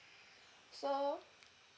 so